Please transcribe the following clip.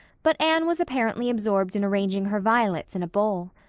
but anne was apparently absorbed in arranging her violets in a bowl.